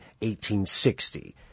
1860